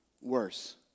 worse